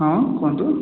ହଁ କୁହନ୍ତୁ